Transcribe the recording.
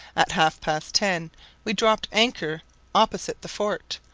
at half-past ten we dropped anchor opposite the fort,